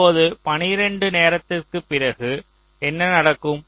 இப்போது 12 நேரத்திற்குப் பிறகு என்ன நடக்கும்